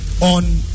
on